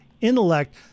intellect